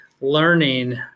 learning